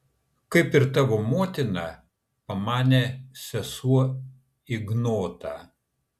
kaip ir tavo motina pamanė sesuo ignotą